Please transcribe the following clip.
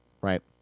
Right